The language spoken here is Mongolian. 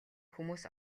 хүмүүс